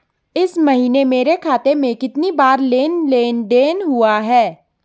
इस महीने मेरे खाते में कितनी बार लेन लेन देन हुआ है?